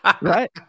right